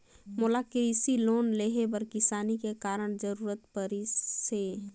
मोला कृसि लोन लेहे बर किसानी के कारण जरूरत परिस हे